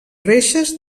reixes